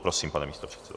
Prosím, pane místopředsedo.